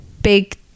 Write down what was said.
big